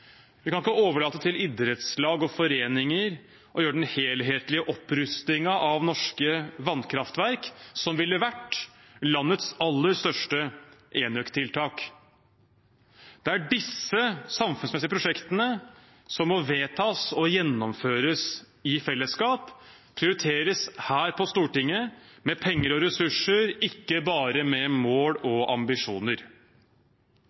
Vi kan ikke overlate til idrettslag og foreninger å gjøre den helhetlige opprustingen av norske vannkraftverk, som ville vært landets aller største enøktiltak. Det er disse samfunnsmessige prosjektene som må vedtas og gjennomføres i fellesskap, prioriteres her på Stortinget med penger og ressurser, ikke bare med mål